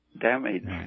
damage